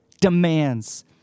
demands